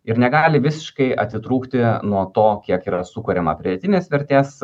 ir negali visiškai atitrūkti nuo to kiek yra sukuriama pridėtinės vertės